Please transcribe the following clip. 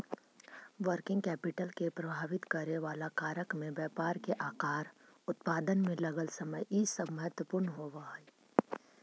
working capital के प्रभावित करेवाला कारक में व्यापार के आकार, उत्पादन में लगल समय इ सब महत्वपूर्ण होव हई